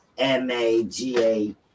MAGA